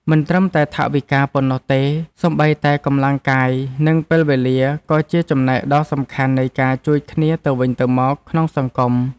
មិនត្រឹមតែថវិកាប៉ុណ្ណោះទេ សូម្បីតែកម្លាំងកាយនិងពេលវេលាក៏ជាចំណែកដ៏សំខាន់នៃការជួយគ្នាទៅវិញទៅមកក្នុងសង្គម។